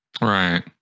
Right